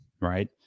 right